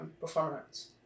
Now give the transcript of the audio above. performance